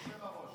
יושב-הראש.